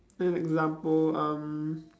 an example um